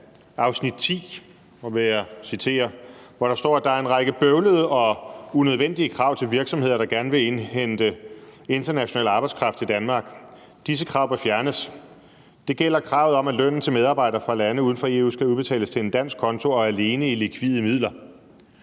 citere – hvor der står: Der er en række bøvlede og unødvendige krav til virksomheder, der gerne vil indhente international arbejdskraft til Danmark. Disse krav bør fjernes. Det gælder kravet om, at lønnen til medarbejdere fra lande uden for EU skal udbetales til en dansk konto og alene i likvide midler.